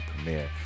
premiere